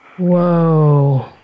Whoa